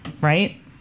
right